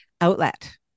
outlet